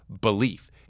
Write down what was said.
belief